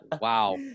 Wow